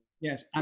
Yes